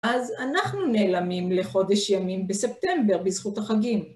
אז אנחנו נעלמים לחודש ימים בספטמבר בזכות החגים.